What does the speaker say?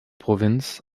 provinz